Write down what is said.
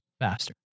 faster